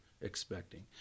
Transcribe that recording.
expecting